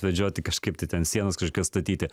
vedžioti kažkaip tai ten sienos kažkokios statyti